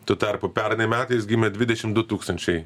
tuo tarpu pernai metais gimė dvidešim du tūkstančiai